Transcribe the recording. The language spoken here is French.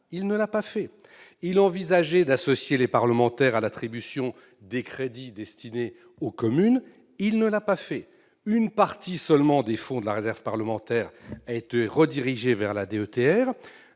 il n'a pas fait. Il avait envisagé d'associer les parlementaires à l'attribution des crédits destinés aux communes ; il ne l'a pas fait. Une partie seulement des fonds de la réserve parlementaire a été redirigée vers la DETR,